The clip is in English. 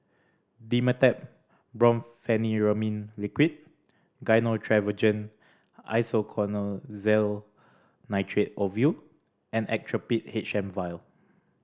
Dimetapp Brompheniramine Liquid Gyno Travogen Isoconazole Nitrate Ovule and Actrapid H M Vial